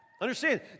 Understand